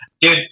dude